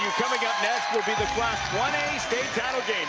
up next will be the class one a state